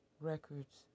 Records